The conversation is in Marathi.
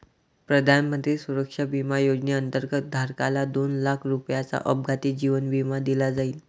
प्रधानमंत्री सुरक्षा विमा योजनेअंतर्गत, धारकाला दोन लाख रुपयांचा अपघाती जीवन विमा दिला जाईल